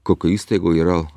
kokioj įstaigoj yra